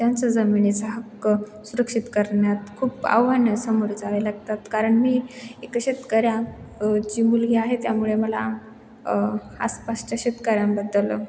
त्यांचा जमिनीचा हक्क सुरक्षित करण्यात खूप आव्हाना सामोरे जावे लागतात कारण मी एक शेतकऱ्या ची मुलगी आहे त्यामुळे मला आसपासच्या शेतकऱ्यांबद्दल